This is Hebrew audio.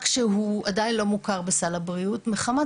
רק שזה עדיין לא מוכר בסל הבריאות מחמת